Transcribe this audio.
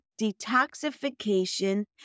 detoxification